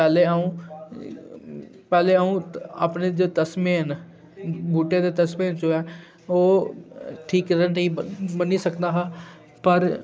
पैह्लें अ'ऊं पैह्लें अ'ऊं अपने जे तस्में न बूटें दे तस्में जो ऐ ओह् ठीक तरह् नेईं ब'न्नी सकदा हा पर